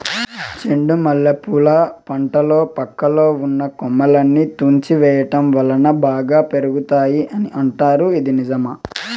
చెండు మల్లె పూల పంటలో పక్కలో ఉన్న కొమ్మలని తుంచి వేయటం వలన బాగా పెరుగుతాయి అని అంటారు ఇది నిజమా?